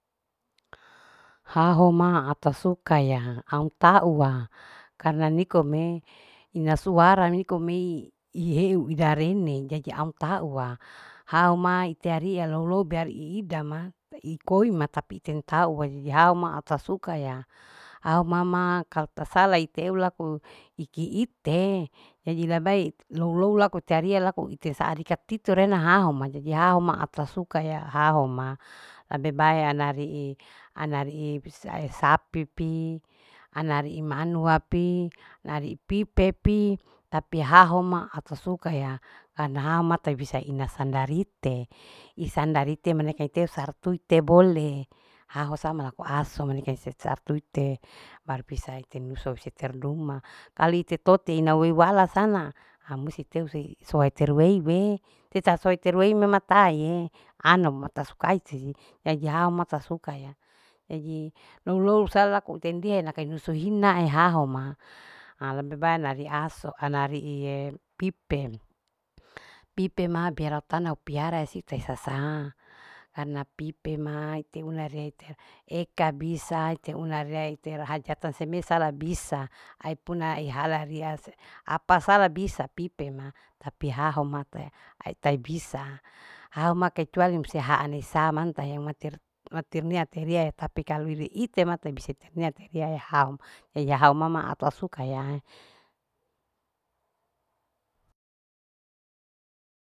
Haho ma ata suka ya am aum tauwa karna nikome ina suara niko me ihe eu ida rene jaji am tauwa haho ma ite aria lou, lou biar iidama ikoi mata pute am tauwa jadi au tasukaya au mama kalu tasala iteu laku iki ite lalida bai lou lou takota rie lako tarie ite saarakat tito rena hahoma jadi haho ma au sasuka ya haho ma lebe bae ana rii. ana rii sae sapipi. anarii manuapi anarii pepepi tapi haho ma au tasuka ya karna haho ma tabisa ina sandarite isandarite mine kaiteu sartu ite bole haho sa manu lakoaso haho sa malako maningkan sartute baru bisa ternuso iseter duma kali titote ina wewala sana ha musti teuse sowa terweiwe tetar soe terweiwe se tar soe we matai anu ma mata sukaya jadi. jadi haho ma asasukaya jadi lou. lou salaku tendihe naka usu inae haho ma ha lebe bae ana rii aso. ana riie pipe. pipe ma biar au tana upiara sisa sasaa karena pipema ite una reite eka bisa ite una raite hajatan semesa la bisa ai puna ihaala au se apa sala bisa pipe ma tapi haho pea tai bisa haho ma kecuali musea haane musue saa mantae maternia terie tapi kalu iri itema tai bisa iternia haho ma jadi haho ma au sasukayae.